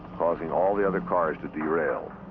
causing all the other cars to derail.